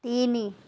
ତିନି